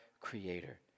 creator